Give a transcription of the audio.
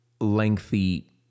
lengthy